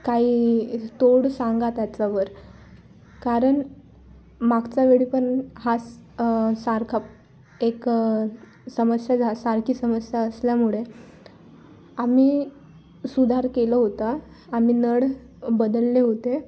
काही तोड सांगा त्याच्यावर कारण मागचा वेळी पण हा सारखा एक समस्या सारखी समस्या असल्यामुळे आम्ही सुधार केला होता आम्ही नळ बदलले होते